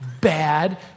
bad